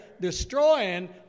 destroying